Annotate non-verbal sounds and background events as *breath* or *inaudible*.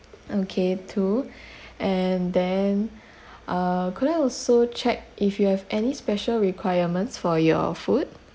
okay two *breath* and then *breath* uh could I also check if you have any special requirements for your food